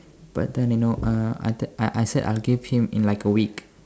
but then you know uh I I said I'll give him in like a week